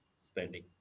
spending